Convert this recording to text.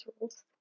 rules